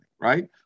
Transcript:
Right